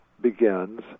begins